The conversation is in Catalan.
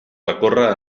recorre